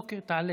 אוקיי, תעלה.